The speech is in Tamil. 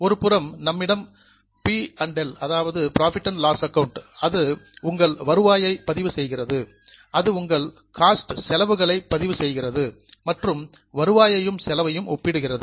ஒருபுறம் நம்மிடம் பி மற்றும் எல் PL கணக்கு உள்ளது அது உங்கள் ரெவின்யூஸ் வருவாயை பதிவு செய்கிறது அது உங்கள் காஸ்ட் செலவுகளை பதிவு செய்கிறது மற்றும் வருவாயையும் செலவையும் ஒப்பிடுகிறது